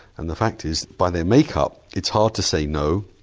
and the fact is by their makeup it's hard to say no,